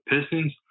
Pistons